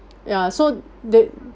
ya so they